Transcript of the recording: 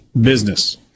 business